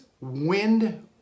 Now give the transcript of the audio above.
wind